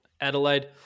Adelaide